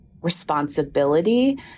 responsibility